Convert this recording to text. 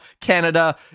Canada